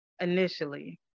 initially